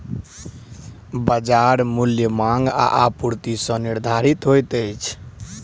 बजार मूल्य मांग आ आपूर्ति सॅ निर्धारित होइत अछि